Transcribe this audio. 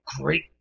great